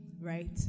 right